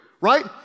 right